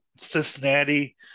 Cincinnati